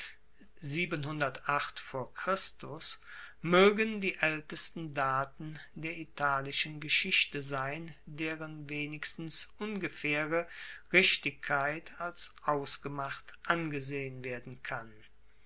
moegen die aeltesten daten der italischen geschichte sein deren wenigstens ungefaehre richtigkeit als ausgemacht angesehen werden kann